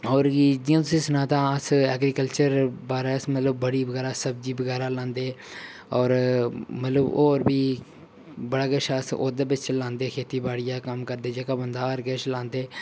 होर कि जि'यां तुसेंगी सनां दा अस ऐग्रीकल्चर बारै मतलब बड़ी बगैरा सब्जी बगैरा लांदे होर मतलब होर बी बड़ा किश अस ओह्दे बिच्च लांदे खेतीबाड़ियां कम्म करदे जेह्का बन्दा हर किश लांदे